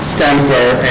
Stanford